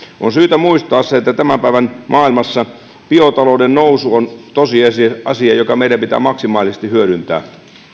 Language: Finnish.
on syytä muistaa se että tämän päivän maailmassa biotalouden nousu on tosiasia joka meidän pitää maksimaalisesti hyödyntää